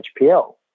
HPL